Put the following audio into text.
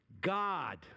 God